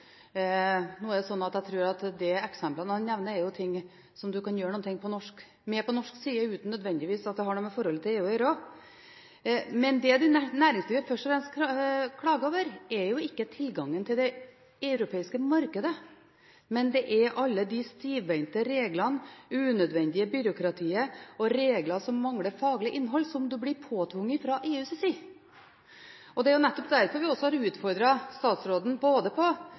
Nå tror jeg at de eksemplene han nevner, er ting man kan gjøre noe med på norsk side uten at det nødvendigvis har noe med forholdet til EU å gjøre. Det næringslivet først og fremst klager over, er ikke tilgangen til det europeiske markedet, men det er alle de stivbeinte reglene, det unødvendige byråkratiet og regler som mangler faglig innhold, som man blir påtvunget fra EUs side. Det er nettopp derfor vi også har utfordret statsråden både på